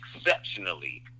exceptionally